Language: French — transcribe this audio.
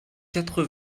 quatre